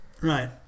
Right